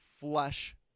flesh